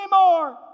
anymore